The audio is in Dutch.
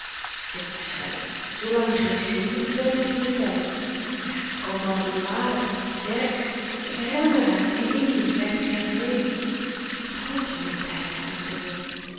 schei uit zoo lang je geen zeventig bent heb je den tijd ja grootmama de laders dercksz ik herinner mij haar in indië vijftig jaar geleden god wat een tijd huiverde lot